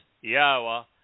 Yahweh